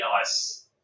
Ice